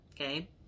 okay